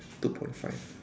two point five